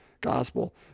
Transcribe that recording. gospel